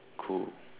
cool